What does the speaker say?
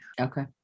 Okay